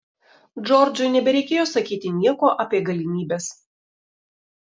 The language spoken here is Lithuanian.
džordžui nebereikėjo sakyti nieko apie galimybes